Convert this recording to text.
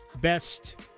best